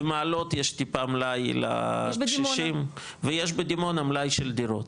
במעלות יש טיפה מלאי לקשישים ויש בדימונה מלאי של דירות,